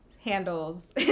handles